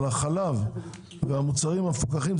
מה לגבי החלב והמוצרים המפוקחים?